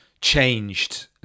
changed